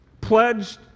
Pledged